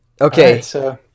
okay